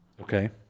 okay